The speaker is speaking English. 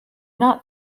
not